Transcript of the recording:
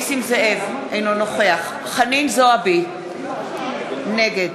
אינו נוכח חנין זועבי, נגד